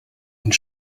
und